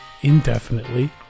indefinitely